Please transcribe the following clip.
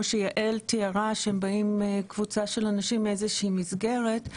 שיעל תיארה כשמגיעה קבוצה של אנשים מאיזושהי מסגרת.